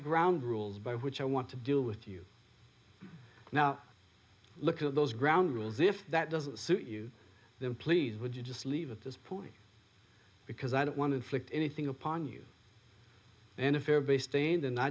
ground rules by which i want to deal with you now look at those ground rules if that doesn't suit you then please would you just leave at this point because i don't want inflict anything upon you an